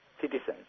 citizens